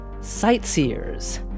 sightseers